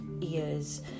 ears